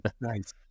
nice